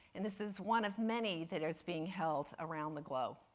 and this is one of many that is being held around the globe.